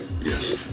Yes